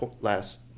last